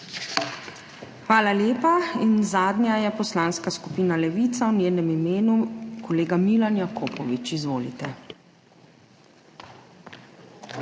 Hvala lepa. Zadnja je Poslanska skupina Levica, v njenem imenu kolega Milan Jakopovič. Izvolite.